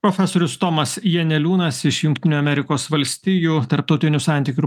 profesorius tomas janeliūnas iš jungtinių amerikos valstijų tarptautinių santykių ir